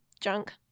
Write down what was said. junk